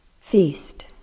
feast